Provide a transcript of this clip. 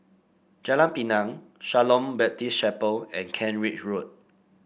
Jalan Pinang Shalom Baptist Chapel and Kent Ridge Road